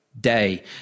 day